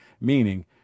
meaning